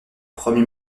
premier